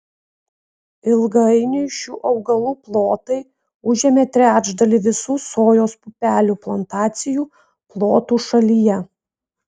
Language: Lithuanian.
ilgainiui šių augalų plotai užėmė trečdalį visų sojos pupelių plantacijų plotų šalyje